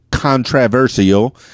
controversial